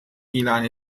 ilan